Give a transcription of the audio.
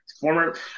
former –